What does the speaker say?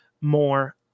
more